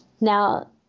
Now